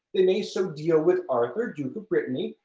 they may so deal with arthur, duke of brittany,